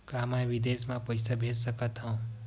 का मैं विदेश म पईसा भेज सकत हव?